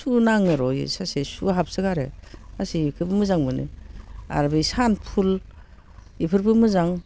सु नांङो र' बेयो स'से सु हाबसोगारो फांसे बेखौबो मोजां मोनो आरो बै सान फुल बेफोरबो मोजां